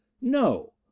No